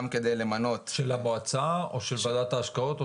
גם כדי למנות --- של המועצה או של ועדת ההשקעות?